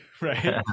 Right